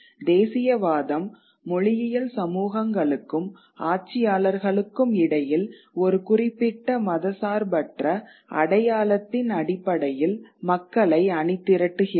தேசியவாதம் மொழியியல் சமூகங்களுக்கும் ஆட்சியாளர்களுக்கும் இடையில் ஒரு குறிப்பிட்ட மதச்சார்பற்ற அடையாளத்தின் அடிப்படையில் மக்களை அணிதிரட்டுகிறது